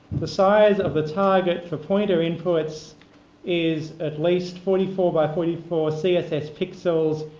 the size of the target for pointer inputs is at least forty four by forty four css pixels,